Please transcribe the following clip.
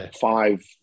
five